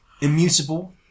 immutable